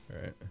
Right